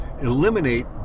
eliminate